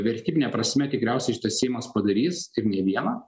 vertybine prasme tikriausiai šitas seimas padarys ir ne vieną